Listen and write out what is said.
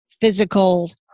physical